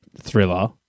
thriller